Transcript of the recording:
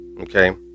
Okay